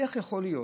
איך יכול להיות